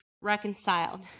reconciled